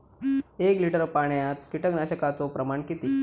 एक लिटर पाणयात कीटकनाशकाचो प्रमाण किती?